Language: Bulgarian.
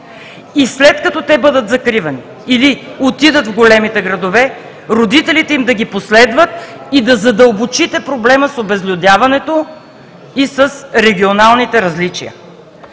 И след като те бъдат закривани или отидат в големите градове, родителите им да ги последват и да задълбочите проблема с обезлюдяването и с регионалните различия.